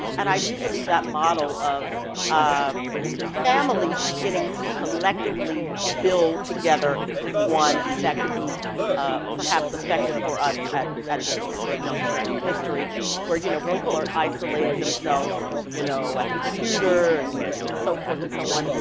and i do believe that model of ah families beginning to collectively build together is one that could be ah perhaps effective for us at at this particular juncture in and history where you know people are isolating themselves you know at the computer and and so forth and so on.